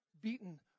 beaten